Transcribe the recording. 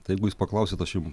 tai jeigų jūs paklausit aš jum